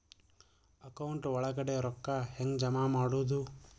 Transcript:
Account ಒಳಗಡೆ ರೊಕ್ಕ ಹೆಂಗ್ ಜಮಾ ಮಾಡುದು?